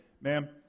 Ma'am